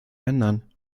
ändern